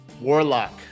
Warlock